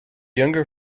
younger